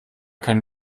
kein